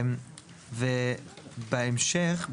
ובהמשך,